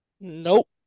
Nope